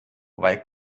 weil